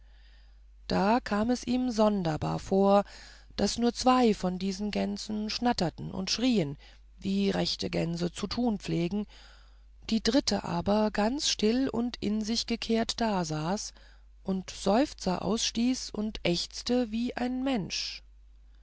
da kam es ihm sonderbar vor daß nur zwei von diesen gänsen schnatterten und schrieen wie rechte gänse zu tun pflegen die dritte aber ganz still und in sich gekehrt dasaß und seufzer ausstieß und ächzte wie ein mensch